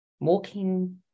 walking